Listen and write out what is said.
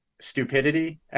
stupidity